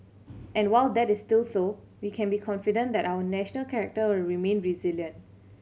and while that is still so we can be confident that our national character will remain resilient